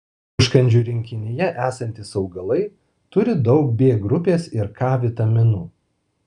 užkandžių rinkinyje esantys augalai turi daug b grupės ir k vitaminų